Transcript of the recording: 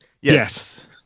Yes